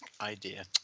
idea